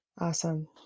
Awesome